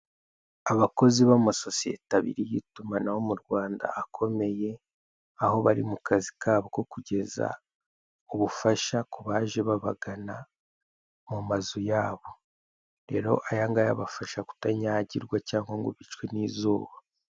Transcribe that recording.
Abakozi b'amasosiyete abiri y'itumanaho mu Rwanda akomeye, aho bari mu kazi kabo ko kugeza ubufasha ku baje babagana mu mazu yabo. Rero aya ngaya abafasha kutanyagirwa cyangwa ngo bicwe n'izuba.